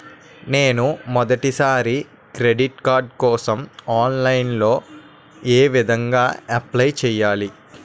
నేను మొదటిసారి credit card కోసం ఆన్లైన్ లో ఏ విధంగా అప్లై చేయాలి?